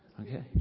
Okay